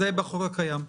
זה בחוק הקיים.